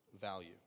value